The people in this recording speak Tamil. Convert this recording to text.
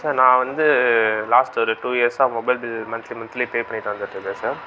சார் நான் வந்து லாஸ்ட் ஒரு டூ இயர்ஸாக mobile bill monthly monthly pay பண்ணிகிட்டு வந்துகிட்ருக்கேன் சார்